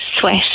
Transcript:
sweat